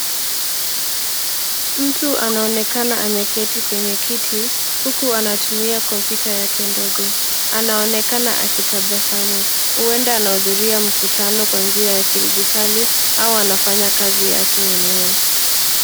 Mtu anaonekana ameketi kwenye kiti huku anatumia kompyuta yake ndogo. Anaonekana akitabasamu huenda anahudhuria mkutano kwa njia ya kidijitali au anafanya kazi yake mwenyewe.